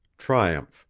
triumph,